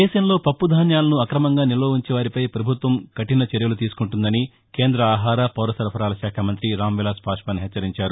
దేశంలో పప్పు ధాన్యాలను అక్రమంగా నిల్వ ఉంచే వారిపై ప్రభుత్వం కఠిన చర్యలు తీసుకుంటుందని కేంద్ర ఆహార పౌర సరఫరాల శాఖ మంతి రాంవిలాస్ పాశ్వన్ హెచ్చరించారు